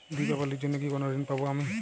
দীপাবলির জন্য কি কোনো ঋণ পাবো আমি?